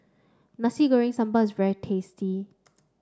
Nasi Goreng Sambal is very tasty